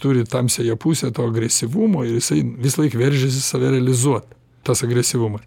turi tamsiąją pusę to agresyvumo ir jisai visąlaik veržiasi save realizuot tas agresyvumas